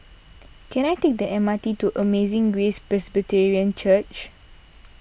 can I take the M R T to Amazing Grace Presbyterian Church